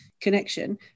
connection